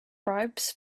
bribes